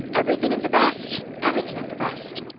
everything of the best! everything of the best!